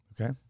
okay